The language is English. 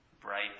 bright